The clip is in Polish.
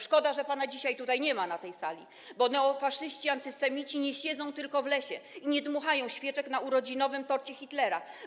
Szkoda, że pana dzisiaj nie ma na tej sali, bo neofaszyści, antysemici nie siedzą tylko w lesie i nie tylko dmuchają świeczki na urodzinowym torcie Hitlera.